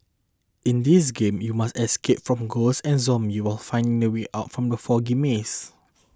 in this game you must escape from ghosts and zombies while finding the way out from the foggy maze